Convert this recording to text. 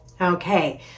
Okay